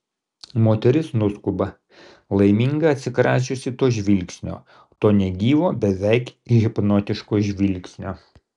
moteris nuskuba laiminga atsikračiusi to žvilgsnio to negyvo beveik hipnotiško žvilgsnio